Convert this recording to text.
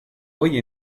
hoy